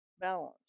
Balance